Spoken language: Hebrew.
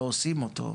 לא עושים אותו,